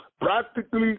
practically